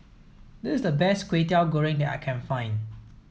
this is the best Kway Teow Goreng that I can find